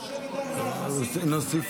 אני קובע